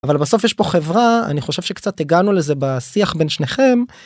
אבל בסוף יש פה חברה אני חושב שקצת הגענו לזה בשיח בין שניכם.